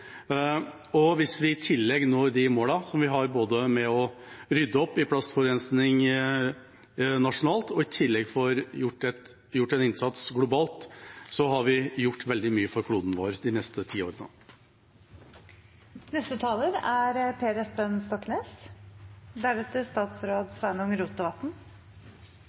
Hvis vi når de målene vi har med å rydde opp i plastforurensing nasjonalt, og i tillegg får gjort en innsats globalt, har vi gjort veldig mye for kloden vår for de neste